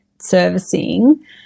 servicing